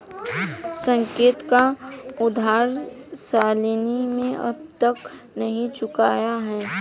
साकेत का उधार शालिनी ने अब तक नहीं चुकाया है